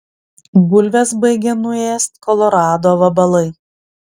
bulves baigia nuėst kolorado vabalai